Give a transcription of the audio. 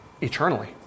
eternally